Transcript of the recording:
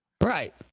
Right